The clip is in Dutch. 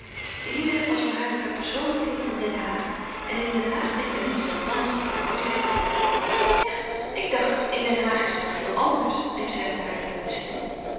eline was voor haar de verpersoonlijking van den haag en in den haag deed men niets dan dansen en mooi zijn ja ik dacht in den haag is het toch heel anders riep zij met hare jongensstem